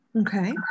Okay